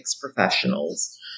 professionals